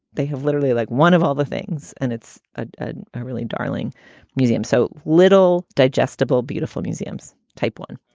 they have literally like one of all the things. and it's ah ah really darling museum. so little digestable, beautiful museums, type one.